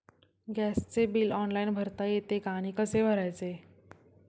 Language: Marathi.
गॅसचे बिल ऑनलाइन भरता येते का आणि कसे भरायचे?